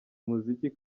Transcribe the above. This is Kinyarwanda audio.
umuziki